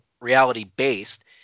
reality-based